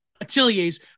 ateliers